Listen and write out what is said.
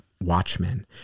Watchmen